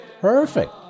perfect